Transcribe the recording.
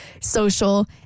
social